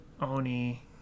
oni